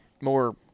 more